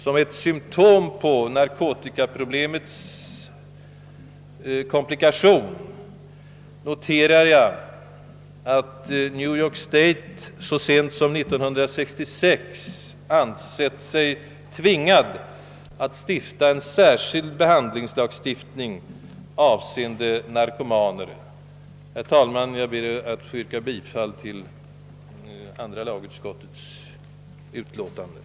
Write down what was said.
Som ett symtom på narkotikaproblemets komplikation noterar jag att New York State så sent som 1966 ansett sig tvingad att stifta en särskild behandlingslag beträffande narkomaner. Herr talman! Jag ber att få yrka bifall till andra lagutskottets och statsutskottets hemställan i respektive utskottsutlåtanden.